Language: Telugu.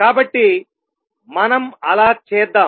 కాబట్టి మనం అలా చేద్దాం